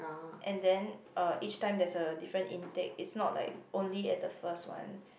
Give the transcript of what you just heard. and then uh each time there's a different intake it's not like only at the first one